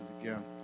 again